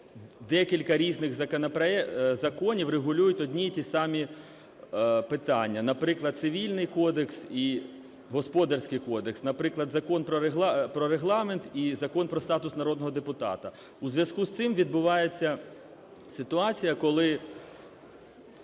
декілька різних законів регулюють одні й ті самі питання. Наприклад, Цивільний кодекс і Господарський кодекс. Наприклад, Закон про Регламент і Закон про статус народного депутата. У зв'язку з цим відбувається ситуація, коли